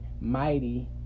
mighty